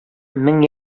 мең